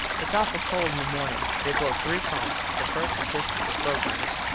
its awful cold in the mornin. they blow three calls. the first is just for the slow guys.